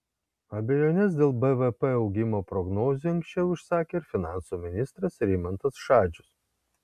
abejones dėl bvp augimo prognozių anksčiau išsakė ir finansų ministras rimantas šadžius